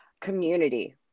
community